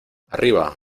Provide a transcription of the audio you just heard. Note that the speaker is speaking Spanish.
arriba